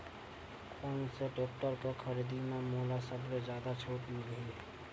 कोन से टेक्टर के खरीदी म मोला सबले जादा छुट मिलही?